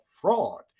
fraud